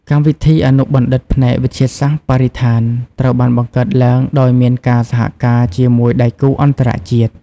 កម្មវិធីអនុបណ្ឌិតផ្នែកវិទ្យាសាស្ត្របរិស្ថាន ត្រូវបានបង្កើតឡើងដោយមានការសហការជាមួយដៃគូអន្តរជាតិ។